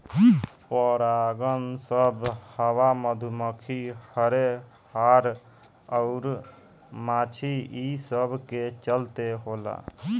परागन सभ हवा, मधुमखी, हर्रे, हाड़ अउर माछी ई सब के चलते होला